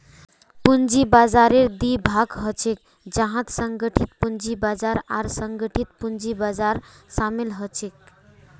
पूंजी बाजाररेर दी भाग ह छेक जहात संगठित पूंजी बाजार आर असंगठित पूंजी बाजार शामिल छेक